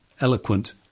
eloquent